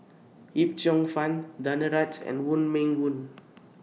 Yip Cheong Fun Danaraj and Wong Meng Voon